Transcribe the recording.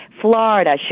Florida